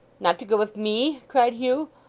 not to go with me cried hugh.